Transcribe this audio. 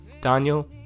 Daniel